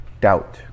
doubt